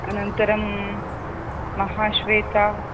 अनन्तरं महाश्वेता